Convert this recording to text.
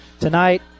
tonight